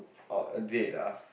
oh a date ah